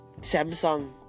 Samsung